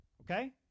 Okay